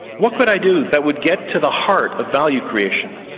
what could i do that would get to the heart of value creation,